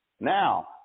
Now